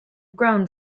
grown